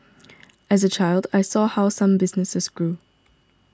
as a child I saw how some businesses grew